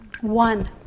One